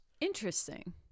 Interesting